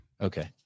okay